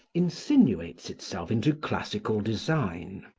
insinuates itself into classical design,